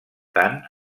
tant